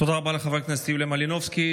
תודה רבה לחברת הכנסת יוליה מלינובסקי.